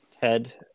Ted